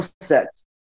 sets